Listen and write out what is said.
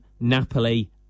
Napoli